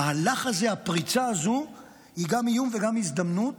המהלך הזה, הפריצה הזו, הם גם איום וגם הזדמנות